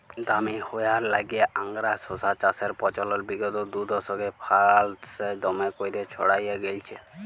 দামি হউয়ার ল্যাইগে আংগারা শশা চাষের পচলল বিগত দুদশকে ফারাল্সে দমে ক্যইরে ছইড়ায় গেঁইলছে